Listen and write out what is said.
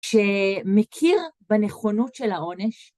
שמכיר בנכונות של העונש.